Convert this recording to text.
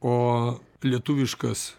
o lietuviškas